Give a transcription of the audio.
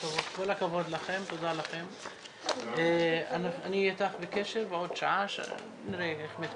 לכם, אני נועל את